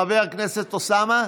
חבר הכנסת אוסאמה?